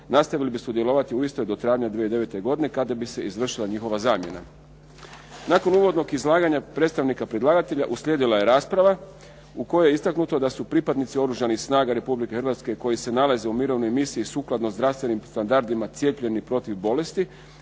nastavili bi sudjelovati u istoj do travnja 2009. godine kada bi se izvršila njihova zamjena. Nakon uvodnog izlaganja predstavnika predlagatelja uslijedila je rasprava u kojoj je istaknuto da su pripadnici Oružanih snaga Republike Hrvatske koji se nalaze u mirovnoj misiji sukladno zdravstvenim standardima cijepljeni protiv bolesti